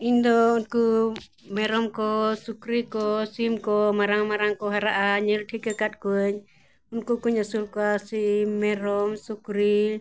ᱤᱧ ᱫᱚ ᱩᱱᱠᱩ ᱢᱮᱨᱚᱢ ᱠᱚ ᱥᱩᱠᱨᱤ ᱠᱚ ᱥᱤᱢ ᱠᱚ ᱢᱟᱨᱟᱝ ᱢᱟᱨᱟᱝ ᱠᱚ ᱦᱟᱨᱟᱜᱼᱟ ᱧᱮᱞ ᱴᱷᱤᱠ ᱟᱠᱟᱫ ᱠᱚᱣᱟᱧ ᱩᱱᱠᱩ ᱠᱚᱧ ᱟᱹᱥᱩᱞ ᱠᱚᱣᱟ ᱥᱤᱢ ᱢᱮᱨᱚᱢ ᱥᱩᱠᱨᱤ